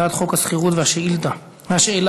הצעת חוק השכירות והשאילה (תיקון,